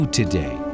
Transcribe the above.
today